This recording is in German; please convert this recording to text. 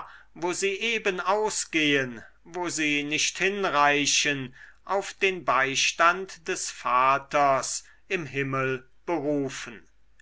wo sie eben ausgehen wo sie nicht hinreichen auf den beistand des vaters im himmel berufen